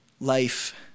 life